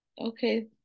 Okay